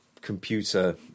computer